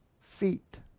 feet